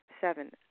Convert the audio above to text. Seven